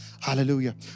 hallelujah